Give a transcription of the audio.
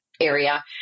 area